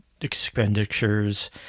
expenditures